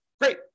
great